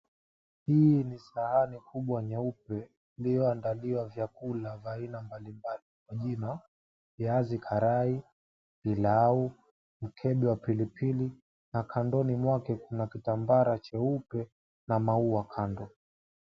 Hii ni sahani kubwa nyeupe ,iliyoandaliwa vyakula vya aina mbalimbali. Vingine viazi karai, pilau, mchele wa pilipili. Na kandoni mwake kuna kitambara cheupe na maua kando.